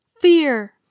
fear